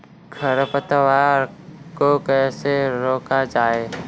खरपतवार को कैसे रोका जाए?